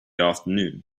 afternoon